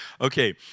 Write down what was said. Okay